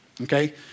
okay